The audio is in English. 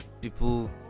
people